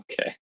Okay